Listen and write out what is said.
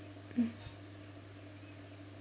mm